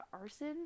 arson